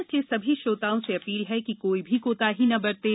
इसलिए सभी श्रोताओं से अपील है कि कोई भी कोताही न बरतें